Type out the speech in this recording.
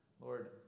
Lord